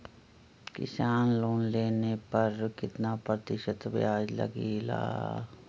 किसान लोन लेने पर कितना प्रतिशत ब्याज लगेगा?